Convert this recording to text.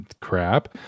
Crap